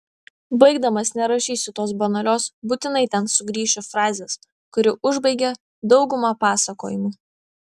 baigdamas nerašysiu tos banalios būtinai ten sugrįšiu frazės kuri užbaigia daugumą pasakojimų